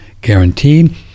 guaranteed